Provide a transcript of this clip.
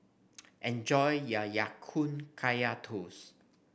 enjoy your Ya Kun Kaya Toast